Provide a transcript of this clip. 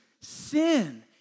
sin